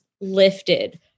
lifted